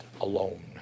alone